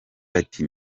ati